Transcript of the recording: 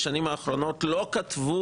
בשנים האחרונות לא כתבו